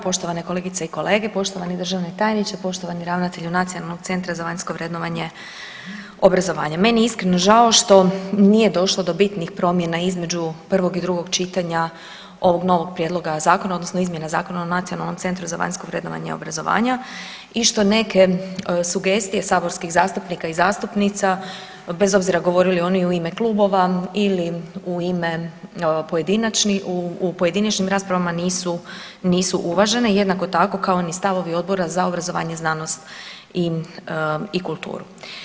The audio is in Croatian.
Poštovane kolegice i kolege, poštovani državni tajniče, poštovani ravnatelju Nacionalnog centra za vanjsko vrednovanje obrazovanja, meni je iskreno žao što nije došlo do bitnih promjena između prvog i drugog čitanja ovog novog prijedloga zakona odnosno izmjena Zakona o Nacionalnom centru za vanjsko vrednovanje obrazovanja i što neke sugestije saborskih zastupnika i zastupnica bez obzira govorili oni u ime klubova ili u ime pojedinačni, u pojedinačnim raspravama nisu, nisu uvažene jednako tako kao ni stavovi Odbora za obrazovanje, znanost i kulturu.